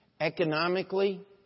Economically